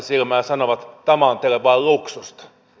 tämä on teille vain luksusta